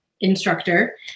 instructor